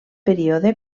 període